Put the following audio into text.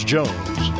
Jones